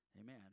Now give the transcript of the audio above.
Amen